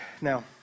Now